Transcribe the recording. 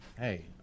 Hey